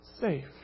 safe